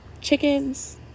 chickens